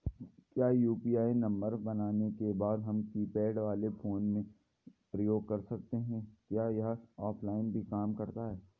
क्या UPI number बनाने के बाद हम कीपैड वाले फोन में प्रयोग कर सकते हैं क्या यह ऑफ़लाइन भी काम करता है?